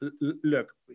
look